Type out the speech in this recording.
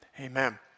amen